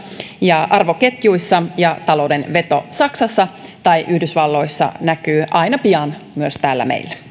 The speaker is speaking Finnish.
ja arvoketjuissa ja talouden veto saksassa tai yhdysvalloissa näkyy aina pian myös täällä meillä